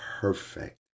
perfect